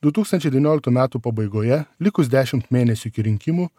du tūkstančiai devynioliktų metų pabaigoje likus dešimt mėnesių iki rinkimų